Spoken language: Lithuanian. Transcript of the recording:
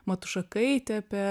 matušakaitė apie